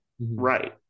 Right